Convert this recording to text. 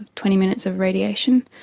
twenty minutes of radiation.